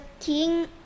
king